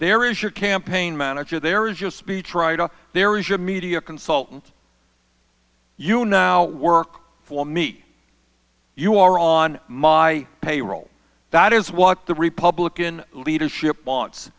there is your campaign manager there is your speechwriter there is your media consultant you now work for me you are on my payroll that is what the republican leadership wants